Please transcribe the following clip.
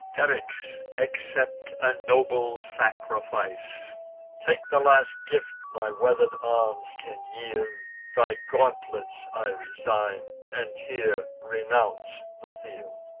eryx, accept a nobler sacrifice take the last gift my wither'd arms can yield thy gauntlets i resign, and here renounce the field.